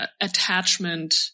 attachment